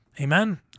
Amen